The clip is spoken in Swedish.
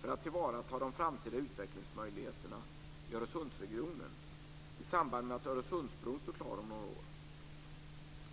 för att tillvarata de framtida utvecklingsmöjligheterna i Öresundsregionen i samband med att Öresundsbron står klar om några år.